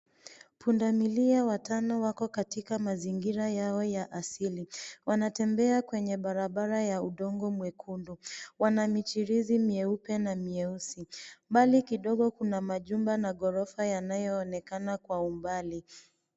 Pundamilia watano wako katika mazingira yao ya aili. Wanatembea kwenye barabara ya udongo nyekundu. Wana michirizi mieupe na mieusi. Mbali kidogo kuna majuma na ghorofa yanayoonekana kwa umbali.